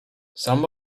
some